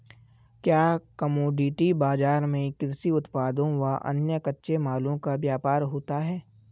क्या कमोडिटी बाजार में कृषि उत्पादों व अन्य कच्चे मालों का व्यापार होता है?